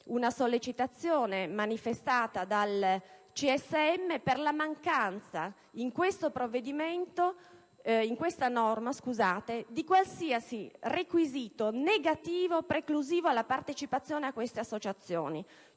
una sollecitazione manifestata dal CSM sulla mancanza in questa norma di qualsiasi requisito negativo preclusivo alla partecipazione a simili associazioni.